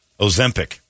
Ozempic